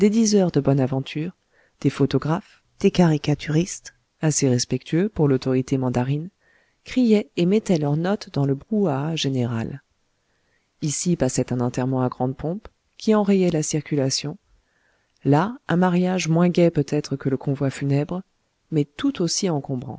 des diseurs de bonne aventure des photographes des caricaturistes assez peu respectueux pour l'autorité mandarine criaient et mettaient leur note dans le brouhaha général ici passait un enterrement à grande pompe qui enrayait la circulation là un mariage moins gai peutêtre que le convoi funèbre mais tout aussi